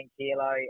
kilo